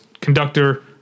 conductor